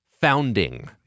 founding